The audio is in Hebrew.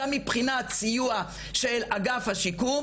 גם מבחינת סיוע של אגף השיקום,